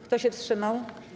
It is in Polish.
Kto się wstrzymał?